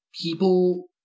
people